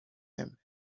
him